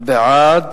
לתיקון סעיפים 3,